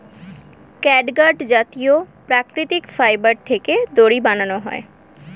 catgut জাতীয় প্রাকৃতিক fibre থেকে দড়ি বানানো হয়